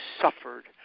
suffered